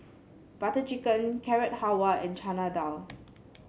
Butter Chicken Carrot Halwa and Chana Dal